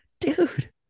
dude